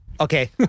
Okay